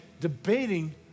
debating